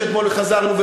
שאתמול חזרנו משם,